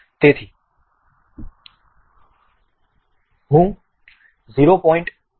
તેથી હું 0